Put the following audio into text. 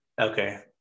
Okay